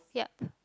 yup